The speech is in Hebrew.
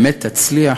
באמת תצליח